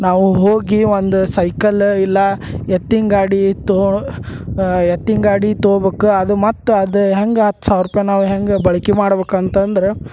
ನಾವು ಹೋಗಿ ಒಂದು ಸೈಕಲ್ಲ ಇಲ್ಲಾ ಎತ್ತಿನಗಾಡಿ ತಗೋ ಎತ್ತಿನಗಾಡಿ ತಗೋಬೇಕು ಅದು ಮತ್ತು ಅದು ಹೆಂಗೆ ಹತ್ತು ಸಾವಿರ ರೂಪಾಯಿ ನಾವು ಹೆಂಗೆ ಬಳಿಕೆ ಮಾಡ್ಬೇಕಂತಂದ್ರೆ